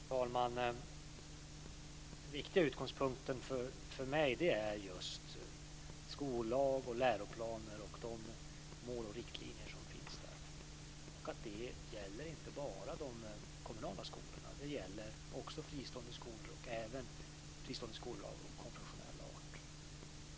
Fru talman! Den viktiga utgångspunkten för mig är skollag, läroplaner och de mål och riktlinjer som finns. De gäller inte bara de kommunala skolorna utan också fristående skolor, även sådana av konfessionell art.